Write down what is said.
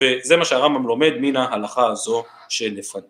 וזה מה שהרמב״ם לומד מן ההלכה הזו שלפנינו.